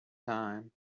time